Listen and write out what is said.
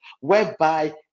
whereby